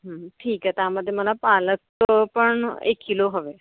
हं ठीक आहे त्यामध्ये मला पालक पण एक किलो हवं आहे